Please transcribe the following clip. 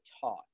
taught